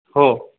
हो